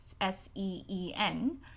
S-E-E-N